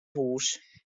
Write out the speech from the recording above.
hús